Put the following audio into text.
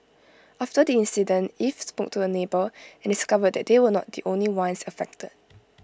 after the incident eve spoke to her neighbour and discovered that they were not the only ones affected